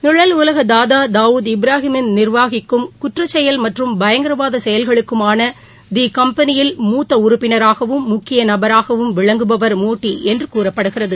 நிழல் உலக தாதா தாவூத் இப்ராஹிம் நிர்வகிக்கும் குற்றச்செயல் மற்றும் பயங்கரவாத செயல்களுக்காள டி கம்பெனியில் மூத்த உறுப்பினராகவும் முக்கிய நபராகவும் விளங்குபவர் மோட்டி என கூறப்படுகிறது